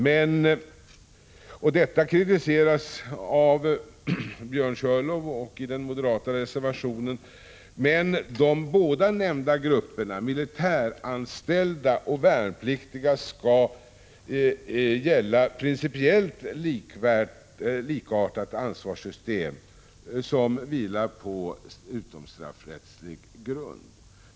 Detta kritiseras av Björn Körlof och i den moderata reservationen, men för de båda nämnda grupperna, militäranställda och värnpliktiga, skall gälla ett principiellt likartat ansvarssystenr; som vilar på utomstraffrättslig grund.